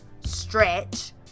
stretch